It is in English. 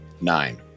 Nine